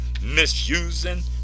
misusing